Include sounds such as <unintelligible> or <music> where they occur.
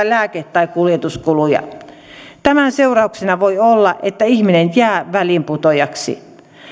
<unintelligible> lääke tai kuljetuskuluja tämän seurauksena voi olla että ihminen jää väliinputoajaksi